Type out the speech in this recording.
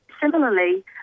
similarly